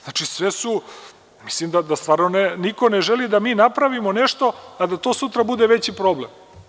Znači, mislim da stvarno niko ne želi da mi napravimo nešto, a da to sutra bude veći problem.